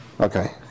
Okay